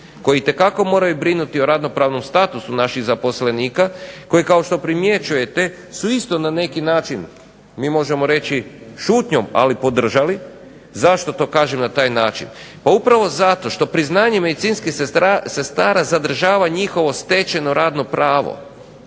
koji itekako moraju brinuti o ravnopravnom statusu naših zaposlenika koji, kao što primjećujte, su isto na neki način mi možemo reći šutnjom, ali podržali. Zašto to kažem na taj način? Pa upravo zato što priznanje medicinskih sestara zadržava njihovo stečeno radno pravo.